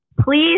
Please